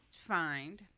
find